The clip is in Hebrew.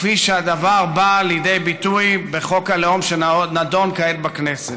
כפי שהדבר בא לידי ביטוי בחוק הלאום שנדון כעת בכנסת,